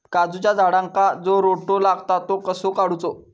काजूच्या झाडांका जो रोटो लागता तो कसो काडुचो?